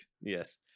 Yes